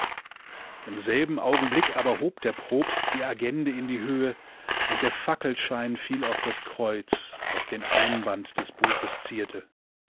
im selben augenblick aber hob der propst die agende in die höhe und der fackelschein fiel auf das kreuz das den einband des buches zierte